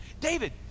David